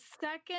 second